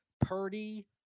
Purdy